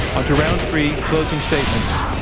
on to round three, closing statements.